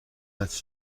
است